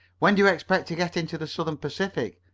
when do you expect to get into the southern pacific?